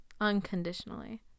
unconditionally